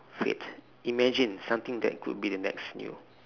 fad imagine something that could be the next new